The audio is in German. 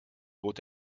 bot